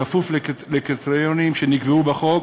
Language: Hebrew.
בכפוף לקריטריונים שנקבעו בחוק,